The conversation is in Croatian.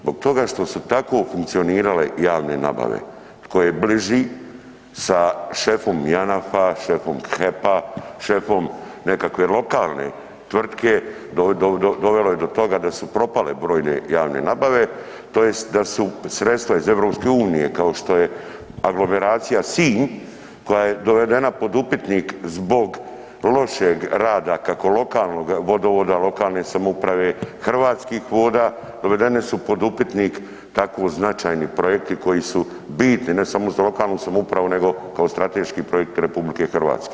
Zbog toga što su tako funkcionirale javne nabave, tko je bliži sa šefom Janafa, šefom HEP-a, šefom nekakve lokalne tvrtke, dovelo je do toga da su propale brojne javne nabave tj. da su sredstva iz EU kao što je „Aglomeracija Sinj“ koja je dovedena pod upitnik zbog lošeg rada, kako lokalnog vodovoda, lokalne samouprave, Hrvatskih voda, dovedene su pod upitnik tako značajni projekti koji su bitni ne samo za lokalnu samoupravu nego kao strateški projekt RH.